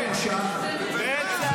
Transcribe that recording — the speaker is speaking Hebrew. כן, בטח.